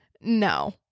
No